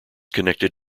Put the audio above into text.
connected